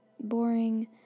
boring